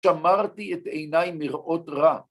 ‫שמרתי את עיניי מראות רע.